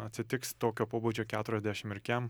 atsitiks tokio pobūdžio keturiadešim ir kiam